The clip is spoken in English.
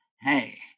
Hey